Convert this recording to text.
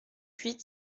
huit